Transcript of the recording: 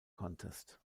contest